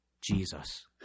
Jesus